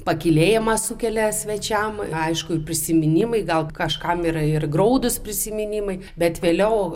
pakylėjimą sukelia svečiam aišku prisiminimai gal kažkam yra ir graudūs prisiminimai bet vėliau